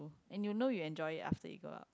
and you know you enjoy it after you go up